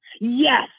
yes